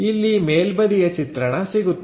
ಇಲ್ಲಿ ಮೇಲ್ಬದಿಯ ಚಿತ್ರಣ ಸಿಗುತ್ತದೆ